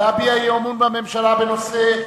להביע אי-אמון בממשלה בנושא: